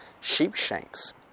Sheepshanks